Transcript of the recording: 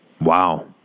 Wow